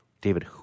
David